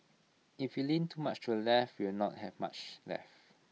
if we lean too much to the left we will not have much left